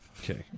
Okay